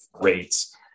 rates